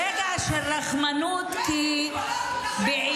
חבר הכנסת טיבי, אני